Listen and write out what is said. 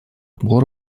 пор